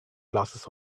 glasses